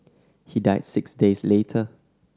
he died six days later